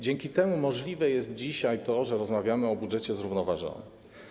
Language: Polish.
Dzięki temu możliwe jest dzisiaj to, że rozmawiamy o budżecie zrównoważonym.